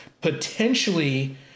potentially